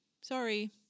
Sorry